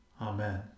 Amen